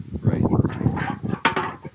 Right